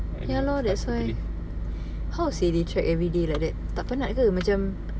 ya lor that's why how seh they check everyday like that tak penat ke macam